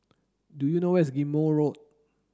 do you know where is Ghim Moh Road